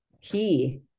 key